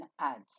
ads